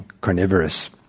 carnivorous